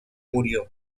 murió